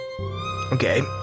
Okay